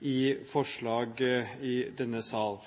i forslag i denne sal.